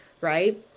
right